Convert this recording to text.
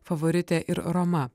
favoritė ir roma